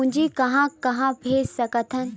पूंजी कहां कहा भेज सकथन?